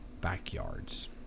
backyards